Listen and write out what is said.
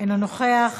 אינו נוכח,